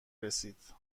رسید